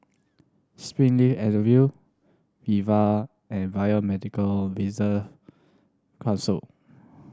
Springleaf Avenue Viva and Biomedical Research Council